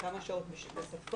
כמה שעות בשפה,